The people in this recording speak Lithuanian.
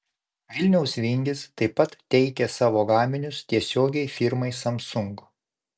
vilniaus vingis taip pat teikia savo gaminius tiesiogiai firmai samsung